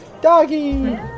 doggy